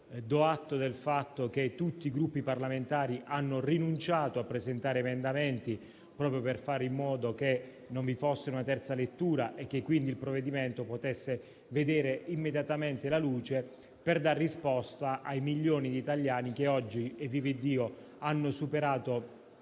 Do atto del fatto che tutti i Gruppi parlamentari hanno rinunciato a presentare emendamenti proprio per fare in modo che non vi fosse una terza lettura e che quindi il provvedimento potesse vedere immediatamente la luce per dare risposta ai milioni di italiani che oggi - vivaddio! - hanno superato